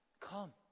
Come